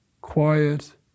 quiet